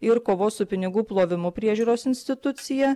ir kovos su pinigų plovimu priežiūros instituciją